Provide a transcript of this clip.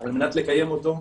על מנת לקיים אותו.